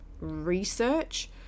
research